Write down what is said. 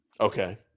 Okay